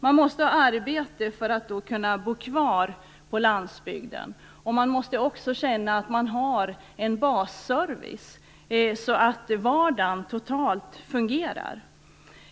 Man måste ha arbete för att kunna bo kvar på landsbygden, och man måste också känna att man har en basservice så att vardagen totalt sett fungerar.